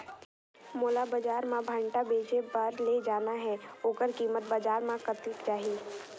मोला बजार मां भांटा बेचे बार ले जाना हे ओकर कीमत बजार मां कतेक जाही?